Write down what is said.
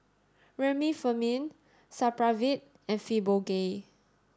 Remifemin Supravit and Fibogel